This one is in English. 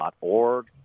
org